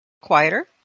quieter